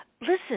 listen